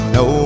no